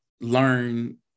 learn